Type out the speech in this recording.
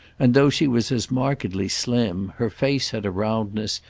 and, though she was as markedly slim, her face had a roundness,